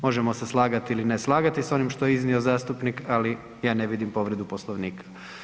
Možemo se slagati ili ne slagati što je iznio zastupnik, ali ja ne vidim povredu Poslovnika.